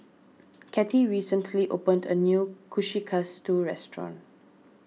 Kathy recently opened a new Kushikatsu restaurant